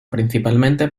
principalmente